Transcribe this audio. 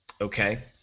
Okay